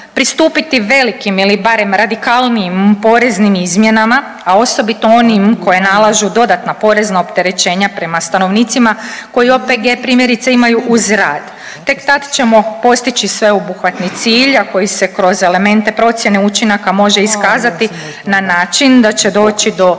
pristupiti velikim ili barem radikalnijim poreznim izmjenama, a osobito onim koja nalažu dodatna porezna opterećenja prema stanovnicima koji OPG primjerice imaju uz rad. Tek tad ćemo postići sveobuhvatni cilj, a koji se kroz elemente procjene učinaka može iskazati na način da će doći do